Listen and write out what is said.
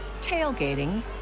tailgating